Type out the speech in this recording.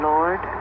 Lord